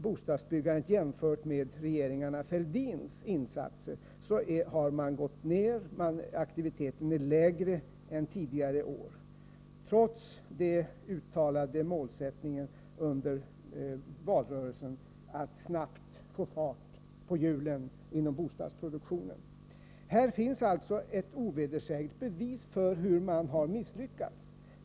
Men jämfört med regeringarna Fälldins insatser när det gäller bostadsbyggande har aktivitetsnivån nu i år absolut gått ner, trots den uttalade målsättningen under valrörelsen att snabbt få fart på hjulen inom bostadsproduktionen. Här finns alltså ett ovedersägligt bevis på att man misslyckats.